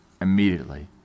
Immediately